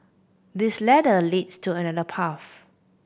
this ladder leads to another path